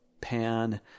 pan